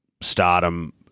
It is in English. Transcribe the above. stardom